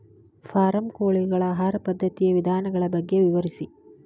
form ಕೋಳಿಗಳ ಆಹಾರ ಪದ್ಧತಿಯ ವಿಧಾನಗಳ ಬಗ್ಗೆ ವಿವರಿಸಿ